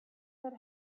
that